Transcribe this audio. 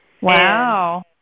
Wow